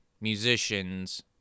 musicians